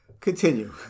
Continue